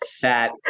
fat